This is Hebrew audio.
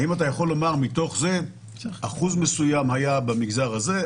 האם אתה יכול לומר מתוך זה אחוז מסוים היה במגזר הזה,